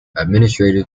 administrative